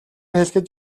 хэлэхэд